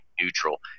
neutral